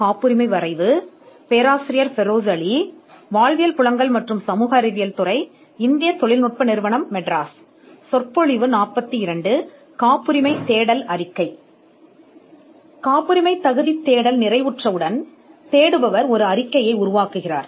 காப்புரிமை தேடல் அறிக்கை காப்புரிமை தேடல்கள் முடிந்ததும் தேடுபவர் ஒரு அறிக்கையை உருவாக்குவார்